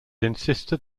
insisted